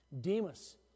Demas